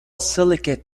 silicate